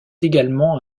également